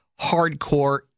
hardcore